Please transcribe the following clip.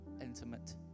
intimate